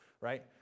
right